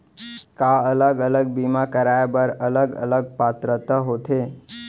का अलग अलग बीमा कराय बर अलग अलग पात्रता होथे?